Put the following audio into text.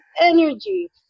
energy